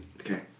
okay